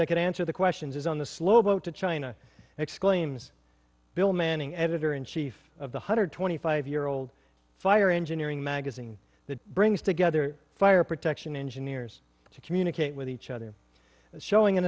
that could answer the questions on the slow boat to china exclaims bill manning editor in chief of the hundred twenty five year old fire engineering magazine that brings together fire protection engineers to communicate with each other and showing an